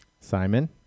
Simon